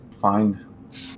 find